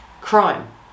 crime